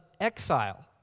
exile